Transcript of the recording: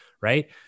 right